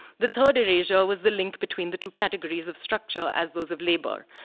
the third erasure was the link between the two categories of structural as those of labor.